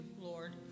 Lord